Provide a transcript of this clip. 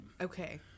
Okay